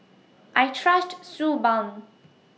I Trust Suu Balm